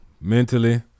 Mentally